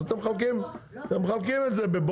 אז אתם מחלקים את זה בבונוסים,